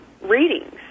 readings